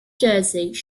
jerseys